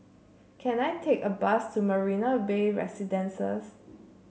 can I take a bus to Marina Bay Residences